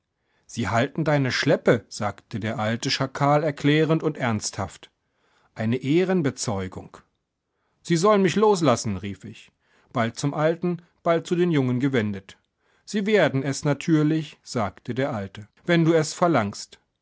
sie halten deine schleppe sagte der alte schakal erklärend und ernsthaft eine ehrbezeugung sie sollen mich loslassen rief ich bald zum alten bald zu den jungen gewendet sie werden es natürlich sagte der alte wenn du es verlangst